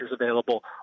available